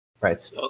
Right